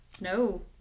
No